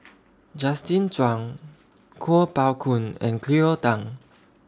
Justin Zhuang Kuo Pao Kun and Cleo Thang